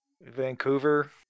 Vancouver